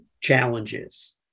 challenges